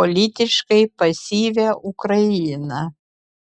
politiškai pasyvią ukrainą